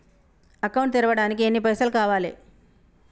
Account తెరవడానికి ఎన్ని పైసల్ కావాలే?